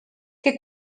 que